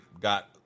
got